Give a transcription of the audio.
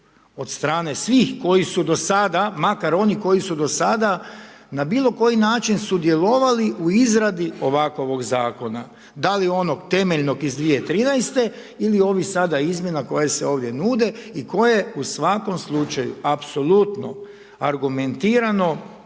od strane svih koji su do sada makar oni koji su do sada na bilo koji način sudjelovali u izradi ovakovog zakona da li onog temeljnog iz 2013. ili ovih sada izmjena koje se ovdje nude i koje u svakom slučaju apsolutno argumentirano